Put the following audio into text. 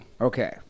Okay